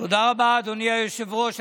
תודה רבה, אדוני היושב-ראש.